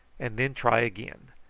and then try again.